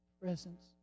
presence